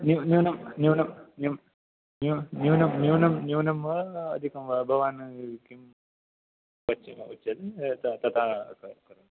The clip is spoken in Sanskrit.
न्यूनं वा अधिकं वा भवान् किं उच्यते तथा करोमि